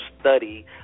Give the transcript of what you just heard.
Study